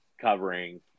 covering